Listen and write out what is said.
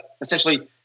essentially